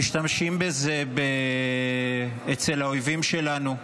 משתמשים בזה אצל האויבים שלנו,